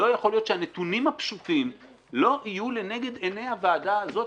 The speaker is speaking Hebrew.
לא יכול להיות שהנתונים הפשוטים לא יהיו לנגד עיני הוועדה הזאת,